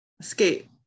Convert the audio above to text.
Escape